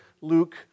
Luke